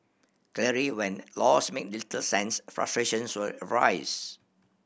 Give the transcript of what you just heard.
clearly when laws make little sense frustrations will arise